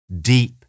deep